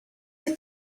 you